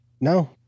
no